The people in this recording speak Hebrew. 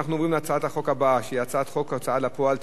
בעד, 9, אין מתנגדים, אין נמנעים.